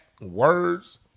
words